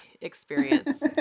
experience